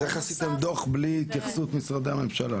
אז איך עשיתם דוח בלי התייחסות משרדי הממשלה?